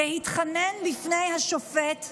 להתחנן בפני השופט,